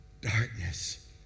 darkness